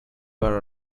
bar